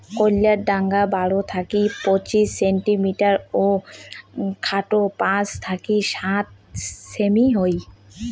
কইল্লার ঢাঙা বারো থাকি পঁচিশ সেন্টিমিটার ও খাটো পাঁচ থাকি সাত সেমি হই